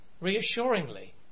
reassuringly